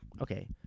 okay